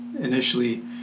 initially